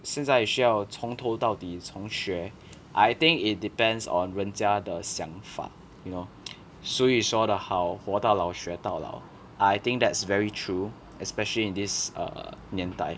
现在需要从头到底重学 I think it depends on 人家的想法 you know 俗语说得好活到老学到老 I think that's very true especially in this err 年代